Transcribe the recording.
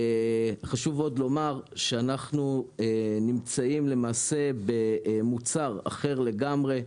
חשוב מאוד לומר שאנחנו מוצר אחר לגמרי,